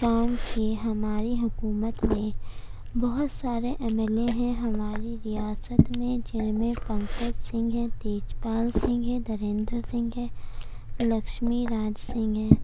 کام کی ہماری حکومت نے بہت سارے ایم ایل اے ہیں ہماری ریاست میں جن میں پنکج سنگھ ہیں تیج پال سنگھ ہیں دھریندر سنگھ ہیں لکچھمی راج سنگھ ہیں